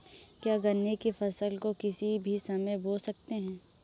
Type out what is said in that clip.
क्या गन्ने की फसल को किसी भी समय बो सकते हैं?